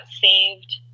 saved